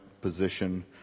position